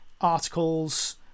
Articles